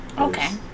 okay